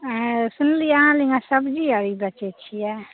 सुनलियै अहाँ सब्जी आर बेचैत छियै